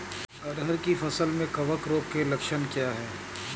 अरहर की फसल में कवक रोग के लक्षण क्या है?